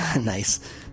Nice